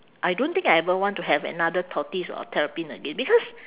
I don't think I ever want to have another tortoise or terrapin again because